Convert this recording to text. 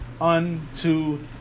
unto